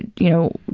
you know,